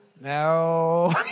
no